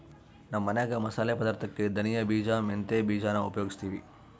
ನಮ್ಮ ಮನ್ಯಾಗ ಮಸಾಲೆ ಪದಾರ್ಥುಕ್ಕೆ ಧನಿಯ ಬೀಜ, ಮೆಂತ್ಯ ಬೀಜಾನ ಉಪಯೋಗಿಸ್ತೀವಿ